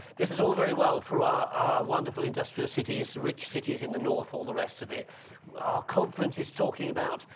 this is all very well for our ah wonderful industrial cities rich cities in the north all the rest of it are conferences talking about,